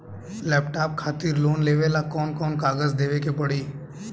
Laptop खातिर loan लेवे ला कौन कौन कागज देवे के पड़ी?